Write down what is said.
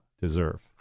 deserve